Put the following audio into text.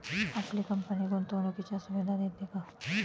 आपली कंपनी गुंतवणुकीच्या सुविधा देते का?